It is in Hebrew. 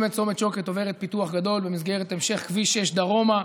באמת צומת שוקת עובר פיתוח גדול במסגרת המשך כביש 6 דרומה,